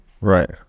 Right